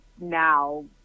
now